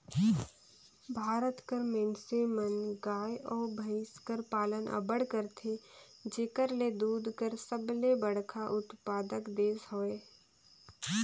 भारत कर मइनसे मन गाय अउ भंइस कर पालन अब्बड़ करथे जेकर ले दूद कर सबले बड़खा उत्पादक देस हवे